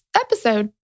episode